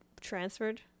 transferred